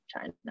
China